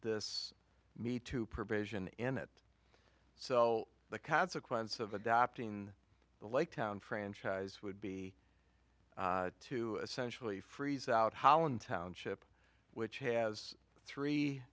this me to provision in it so the consequence of adopting the lake town franchise would be to essentially freeze out holland township which has three